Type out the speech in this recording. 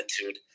attitude